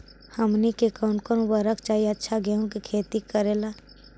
हमनी के कौन कौन उर्वरक चाही अच्छा गेंहू के खेती करेला?